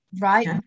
right